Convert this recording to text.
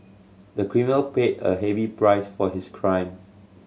the criminal paid a heavy price for his crime